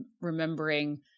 remembering